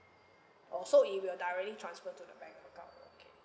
oh so it will directly transfer to the bank account okay